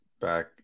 back